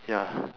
ya